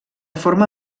forma